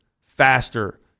faster